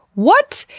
what!